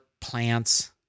plants